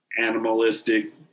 animalistic